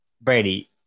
Brady